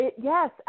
Yes